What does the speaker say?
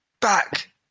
Back